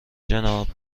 جناب